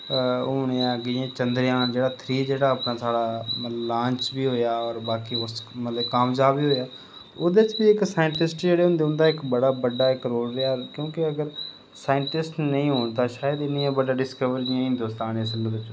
हून जियां चंद्रेयान थ्री जेह्ड़ा लांच बी होआ मतलव कामजाव बी होआ ओह्दै च बी साईंटिस्ट जेह्ड़े होंदे उंदा बड़ा इक रोल रेहा क्योंकि अगर साईंटिसट नेईं होन तां शायद इन्नी बड्डी डिसकवरी इंडिया च जियां